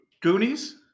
Goonies